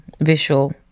visual